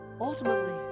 ultimately